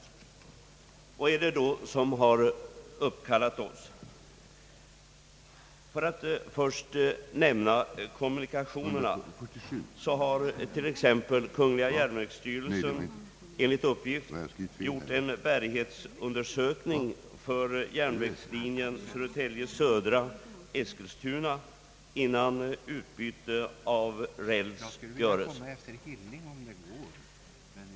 Vad är det då som har uppkallat oss? För att först nämna kommunikationerna har t.ex. kungl. järnvägsstyrelsen enligt uppgift gjort en bärighetsundersökning för järnvägslinjen Södertälje Södra—Eskilstuna innan utbyte av räls göres.